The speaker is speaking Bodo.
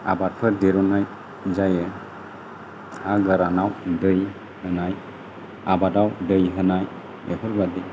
आबादफोर दिरुननाय जायो हा गोरानाव दै होनाय आबादाव दै होनाय बेफोरबादि